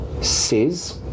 says